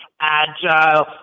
agile